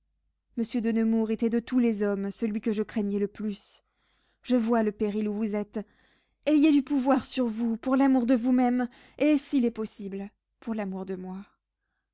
monsieur de nemours était de tous les hommes celui que je craignais le plus je vois le péril où vous êtes ayez du pouvoir sur vous pour l'amour de vous-même et s'il est possible pour l'amour de moi